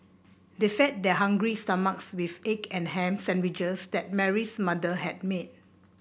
they fed their hungry stomachs with the egg and ham sandwiches that Mary's mother had made